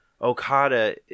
Okada